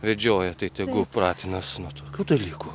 vedžioja tai tegu pratinas nuo tokių dalykų